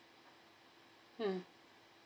mm